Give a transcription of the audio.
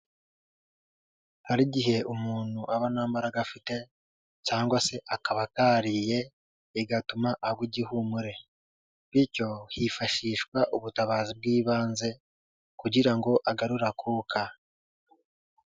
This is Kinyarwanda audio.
Hari igihe umuntu aba nta mbaraga afite, cyangwa se akaba akariye, bigatuma agwa igihumure. Bityo hifashishwa ubutabazi bw'ibanze, kugira ngo agarure akuka.